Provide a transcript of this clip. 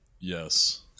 yes